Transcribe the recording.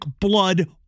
blood